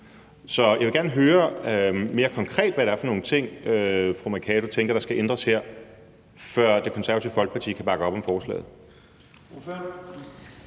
Så jeg vil gerne høre mere konkret, hvad det er for nogle ting, fru Mai Mercado tænker der skal ændres her, før Det Konservative Folkeparti kan bakke op om forslaget.